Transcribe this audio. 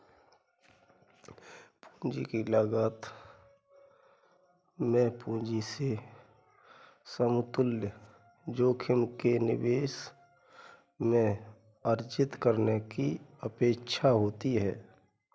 पूंजी की लागत में पूंजी से समतुल्य जोखिम के निवेश में अर्जित करने की अपेक्षा होती है